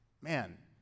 man